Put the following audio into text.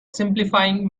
simplifying